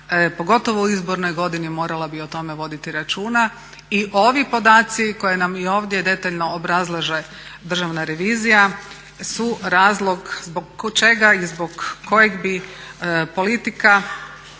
pogotovo u izbornoj godini morala bi o tome voditi računa i ovi podaci koje nam i ovdje detaljno obrazlaže Državna revizija su razlog zbog čega i zbog kojeg bi politika